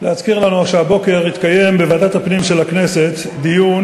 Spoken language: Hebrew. להזכיר לנו שהבוקר התקיים בוועדת הפנים של הכנסת דיון